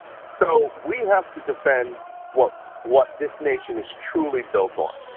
so we have to defend what what this nation is truly built on,